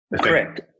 Correct